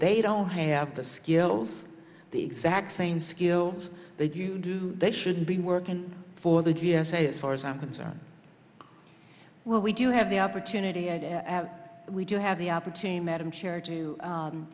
they don't have the skills the exact same skills they do do they should be working for the g s a as far as i'm concerned well we do have the opportunity we do have the opportunity madam chair to